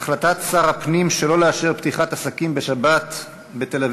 החלטת שר הפנים שלא לאשר פתיחת עסקים בשבת בתל-אביב,